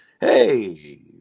Hey